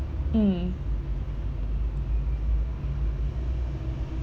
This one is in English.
mm